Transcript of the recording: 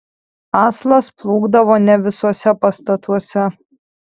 aslas plūkdavo ne visuose pastatuose